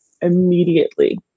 immediately